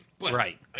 Right